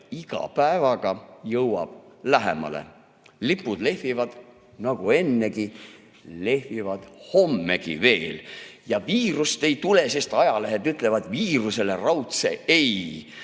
iga päevaga jõuab lähemale. Lipud lehvivad nagu ennegi, lehvivad hommegi veel. Ja viirust ei tule, sest ajalehed ütlevad viirusele raudse ei.